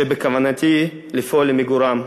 שבכוונתי לפעול למיגורם.